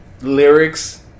lyrics